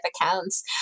accounts